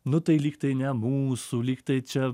nu tai lyg tai ne mūsų lyg tai čia